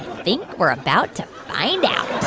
think we're about to find out